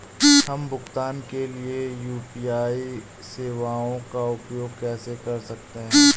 हम भुगतान के लिए यू.पी.आई सेवाओं का उपयोग कैसे कर सकते हैं?